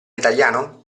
italiano